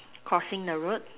crossing the road